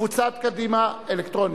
קבוצת קדימה, אלקטרונית.